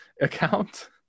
account